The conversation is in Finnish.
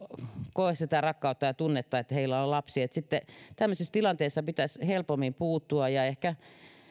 koe sitä rakkautta ja tunnetta kun heillä on on lapsi tämmöisissä tilanteissa pitäisi helpommin puuttua ja ehkä